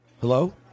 Hello